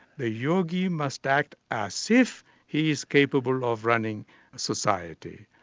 a yogi must act as if he is capable of running society,